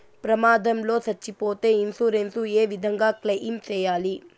ప్రమాదం లో సచ్చిపోతే ఇన్సూరెన్సు ఏ విధంగా క్లెయిమ్ సేయాలి?